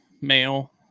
male